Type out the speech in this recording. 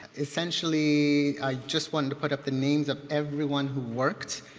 essentially i just wanted to put up the names of everyone who worked